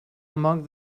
among